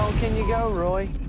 can you go, roy?